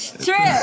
Trip